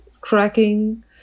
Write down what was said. cracking